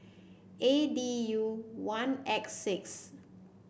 A D U one X six